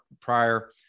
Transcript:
prior